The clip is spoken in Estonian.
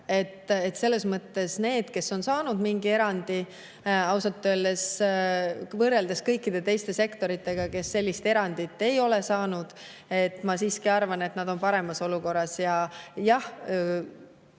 Selles mõttes need, kes on saanud mingi erandi, on võrreldes kõikide teiste sektoritega, kes sellist erandit ei ole saanud, ma siiski arvan, paremas olukorras. Jah,